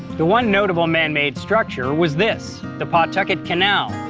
the one notable man-made structure was this, the pawtucket canal.